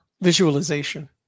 Visualization